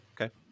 Okay